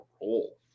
role